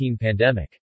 pandemic